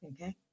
Okay